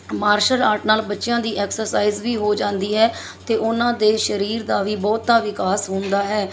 martial art ਨਾਲ ਬੱਚਿਆਂ ਦੀ ਐਕਸਰਸਾਈਜ਼ ਵੀ ਹੋ ਜਾਂਦੀ ਹੈ ਅਤੇ ਉਹਨਾਂ ਦੇ ਸਰੀਰ ਦਾ ਵੀ ਬਹੁਤ ਵਿਕਾਸ ਹੁੰਦਾ ਹੈ